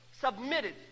submitted